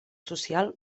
social